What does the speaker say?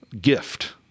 gift